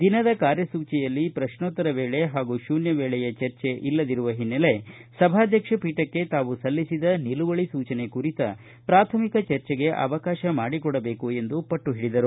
ದಿನದ ಕಾರ್ಯಸೂಚಿಯಲ್ಲಿ ಪ್ರಕ್ನೋತ್ತರ ವೇಳೆ ಹಾಗೂ ಶೂನ್ಯ ವೇಳೆಯ ಚರ್ಚೆ ಇಲ್ಲದಿರುವ ಓನ್ನೆಲೆ ಸಭಾಧ್ಯಕ್ಷ ಪೀಠಕ್ಕೆ ತಾವು ಸಲ್ಲಿಸಿದ ನಿಲುವಳಿ ಸೂಚನೆ ಕುರಿತ ಪ್ರಾಥಮಿಕ ಚರ್ಚೆಗೆ ಅವಕಾಶ ಮಾಡಿಕೊಡಬೇಕು ಎಂದು ಪಟ್ಟಹಿಡಿದರು